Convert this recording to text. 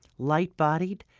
light-bodied,